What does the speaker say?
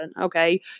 okay